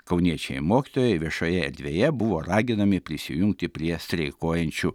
kauniečiai mokytojai viešoje erdvėje buvo raginami prisijungti prie streikuojančių